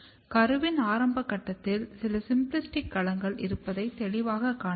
கருவின் ஆரம்ப கட்டத்தில் சில சிம்பிளாஸ்டிக் களங்கள் இருப்பதை தெளிவாகக் காணலாம்